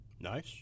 Nice